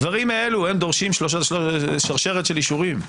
הדברים האלו דורשים שרשרת של אישורים,